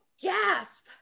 Gasp